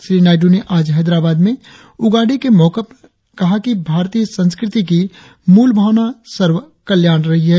श्री नायडू ने आज हैदराबाद में उगाड़ी के मौके पर कहा कि भारतीय संस्कृति की मूल भावना सर्वकल्याण की रही है